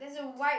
there's a wide